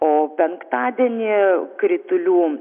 o penktadienį kritulių